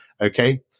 Okay